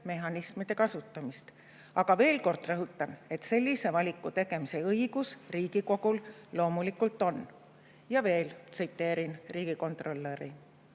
mehhanismide kasutamist. Aga veel kord rõhutan, et sellise valiku tegemise õigus Riigikogul loomulikult on." Ja veel tsiteerin riigikontrolöri: